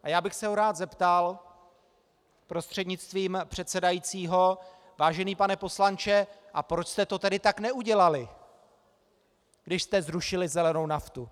A já bych se ho rád zeptal prostřednictvím předsedajícího: Vážený pane poslanče, a proč jste to tedy tak neudělali, když jste zrušili zelenou naftu?